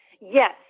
Yes